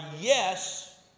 yes